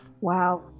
Wow